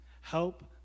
help